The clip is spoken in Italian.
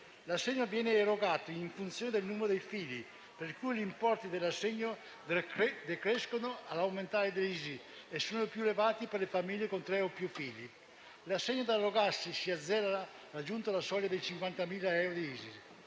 L'assegno viene erogato in funzione del numero dei figli, per cui gli importi dell'assegno decrescono all'aumentare dell'ISEE e sono più elevati per le famiglie con tre o più figli. L'assegno da erogarsi si azzera raggiunta la soglia dei 50.000 di ISEE.